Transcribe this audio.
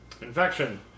Infection